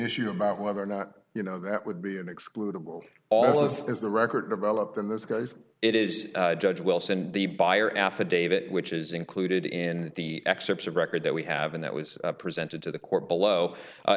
issue about whether or not you know that would be an excludable off list is the record of elop in this because it is judge wilson the buyer affidavit which is included in the excerpts of record that we have and that was presented to the court below